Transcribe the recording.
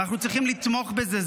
ואנחנו צריכים לתמוך בזה.